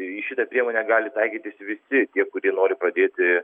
į šitą priemonę gali taikytis visi tie kurie nori pradėti